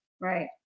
Right